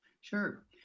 Sure